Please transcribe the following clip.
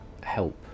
help